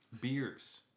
Beers